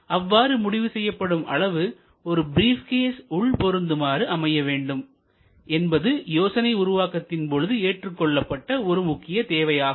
அவ்வாறு முடிவு செய்யப்படும் அளவு ஒரு பிரீப் கேஸ் உள்பொருந்துமாறு அமைய வேண்டும் என்பது யோசனை உருவாக்கத்தின் பொழுது ஏற்றுக்கொள்ளப்பட்ட ஒரு முக்கிய தேவையாகும்